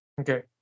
okay